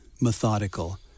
methodical